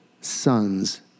sons